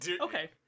Okay